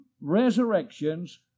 resurrections